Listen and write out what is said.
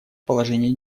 положении